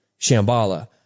Shambhala